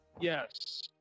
yes